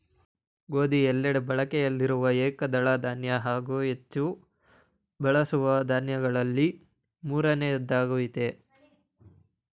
ಗೋಧಿ ಎಲ್ಲೆಡೆ ಬಳಕೆಯಲ್ಲಿರುವ ಏಕದಳ ಧಾನ್ಯ ಹಾಗೂ ಹೆಚ್ಚು ಬಳಸುವ ದಾನ್ಯಗಳಲ್ಲಿ ಮೂರನೆಯದ್ದಾಗಯ್ತೆ